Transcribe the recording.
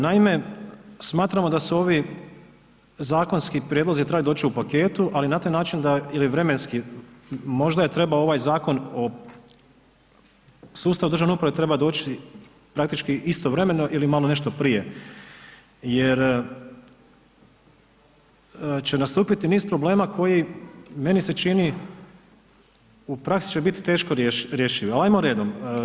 Naime, smatramo da su ovi zakonski prijedlozi trebaju doći u paketu, ali na taj način da ili vremenski, možda je trebao ovaj Zakon o sustavu državne uprave treba doći praktički istovremeno ili malo nešto prije, jer će nastupiti niz problema koji meni se čini u praksi će biti teško rješivi, ali ajmo redom.